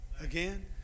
again